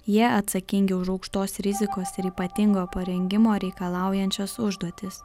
jie atsakingi už aukštos rizikos ir ypatingo parengimo reikalaujančias užduotis